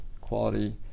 quality